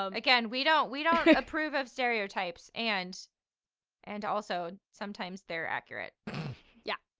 um again, we don't, we don't approve of stereotypes. and and also sometimes they're accurate yeah.